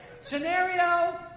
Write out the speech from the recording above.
Scenario